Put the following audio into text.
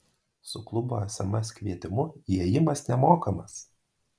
su klubo sms kvietimu įėjimas nemokamas